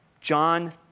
John